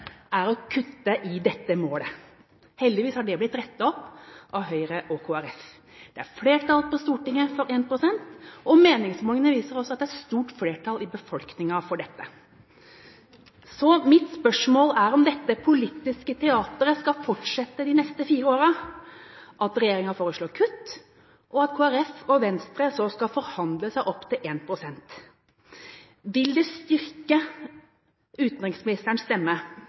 er å kutte i dette målet. Heldigvis har dette blitt rettet opp av Venstre og Kristelig Folkeparti. Det er flertall på Stortinget for 1 pst., og meningsmålingene viser også at det er stort flertall i befolkningen for dette. Mitt spørsmål er: Skal dette politiske teateret fortsette de neste fire årene – at regjeringa foreslår kutt, og så skal Kristelig Folkeparti og Venstre forhandle seg opp til 1 pst.? Vil det styrke utenriksministerens stemme